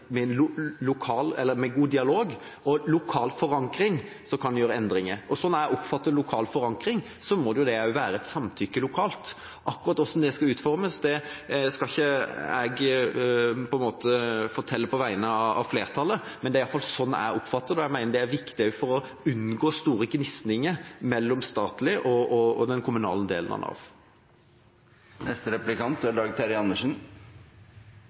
med god dialog og lokal forankring kan gjøre endringer. Sånn jeg oppfatter lokal forankring, må det innebære et samtykke lokalt. Akkurat hvordan det skal utformes, skal ikke jeg fortelle på vegne av flertallet, men det er iallfall sånn jeg oppfatter det. Jeg mener det er viktig også for å unngå store gnisninger mellom den statlige og kommunale delen av Nav.